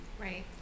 Right